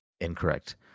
Incorrect